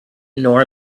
nor